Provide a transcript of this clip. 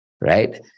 right